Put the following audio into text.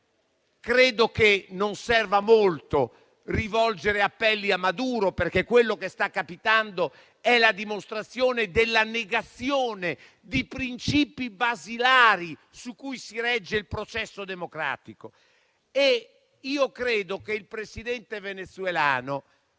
Credo che non serva a molto rivolgere appelli a Maduro, perché quello che sta capitando è la dimostrazione della negazione di princìpi basilari su cui si regge il processo democratico. Ho incontrato il Presidente venezuelano